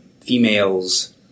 females